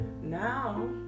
now